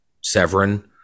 Severin